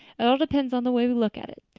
it all depends on the way we look at it.